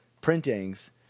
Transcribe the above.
printings